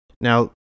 Now